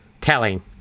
telling